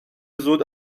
زود